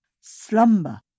Slumber